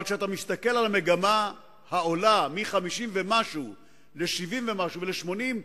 אבל כשאתה מסתכל על המגמה העולה מ-50 ומשהו ל-70 ומשהו ול-80,